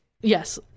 yes